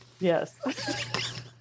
Yes